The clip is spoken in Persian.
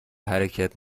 حرکت